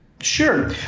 Sure